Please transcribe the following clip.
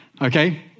Okay